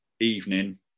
evening